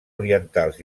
orientals